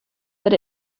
that